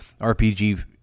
RPG